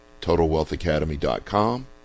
TotalWealthAcademy.com